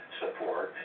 support